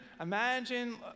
imagine